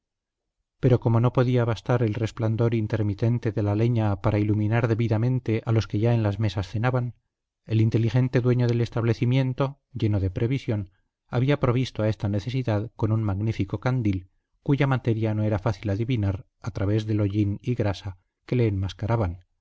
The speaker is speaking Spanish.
pero como no podía bastar el resplandor intermitente de la leña para iluminar debidamente a los que ya en las mesas cenaban el inteligente dueño del establecimiento lleno de previsión había provisto a esta necesidad con un magnífico candil cuya materia no era fácil adivinar al través del hollín y grasa que le enmascaraban